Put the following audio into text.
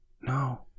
No